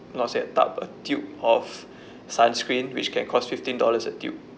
not say tub a tube of sunscreen which can cost fifteen dollars a tube